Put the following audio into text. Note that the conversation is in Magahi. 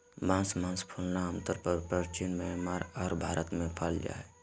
बांस मास फूलना आमतौर परचीन म्यांमार आर भारत में पाल जा हइ